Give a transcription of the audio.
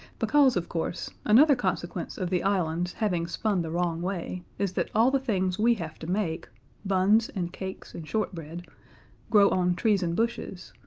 because, of course, another consequence of the island's having spun the wrong way is that all the things we have to make buns and cakes and shortbread grow on trees and bushes,